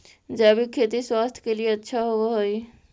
जैविक खेती स्वास्थ्य के लिए अच्छा होवऽ हई